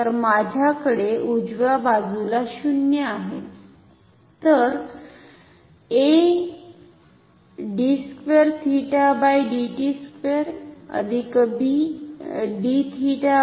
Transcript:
तर माझ्याकडे उजव्या बाजूला 0 आहे